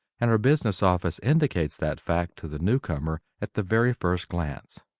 and our business office indicates that fact to the newcomer at the very first glance.